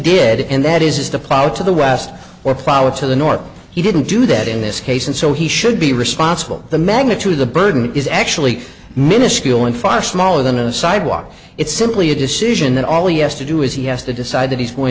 did and that is the plough to the west or follow it to the north he didn't do that in this case and so he should be responsible the magnitude of the burden is actually miniscule and far smaller than a sidewalk it's simply a decision that all us to do as he has to that he's going